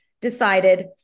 decided